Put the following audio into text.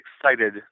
excited